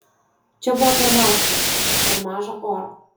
čia buvo per maža šviesos per maža oro